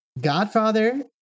godfather